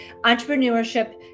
entrepreneurship